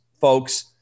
folks